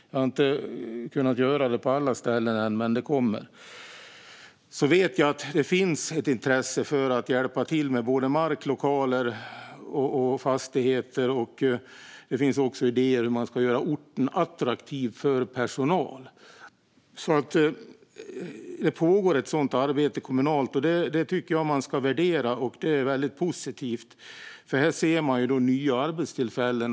Jag har inte kunnat besöka alla ställen än, men det kommer. Jag vet att det finns ett intresse av att hjälpa till med mark, lokaler och fastigheter. Det finns också idéer om hur man ska göra orten attraktiv för personal. Det pågår alltså ett sådant arbete kommunalt, och det tycker jag att man ska värdera. Det är väldigt positivt, för här ser man nya arbetstillfällen.